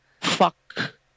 fuck